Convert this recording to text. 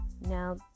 Now